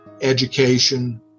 education